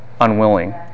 unwilling